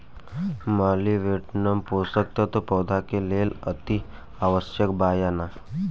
Molybdenum पोषक तत्व पौधा के लेल अतिआवश्यक बा या न?